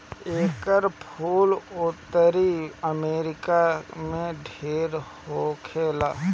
एकर फूल उत्तरी अमेरिका में ढेर होखेला